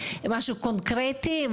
משהו קונקרטי,